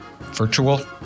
Virtual